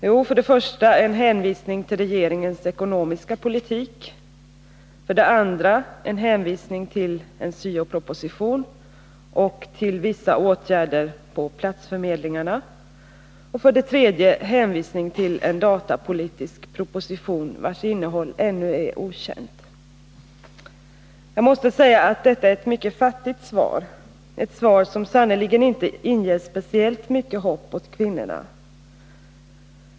Jo, för det första en hänvisning till regeringens ekonomiska politik, för det andra en hänvisning till en syo-proposition samt till vissa åtgärder Nr 33 på platsförmedlingarna och Måndagen den för det tredje en hänvisning till en datapolitisk proposition, vars innehåll 23 november 1981 ännu är okänt. Jag måste säga att detta är ett mycket fattigt svar, ett svar som sannerligen inte inger speciellt mycket hopp hos kvinnorna.